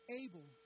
able